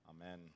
Amen